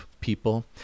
people